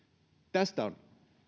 tästä on